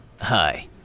Hi